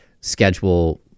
schedule